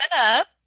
up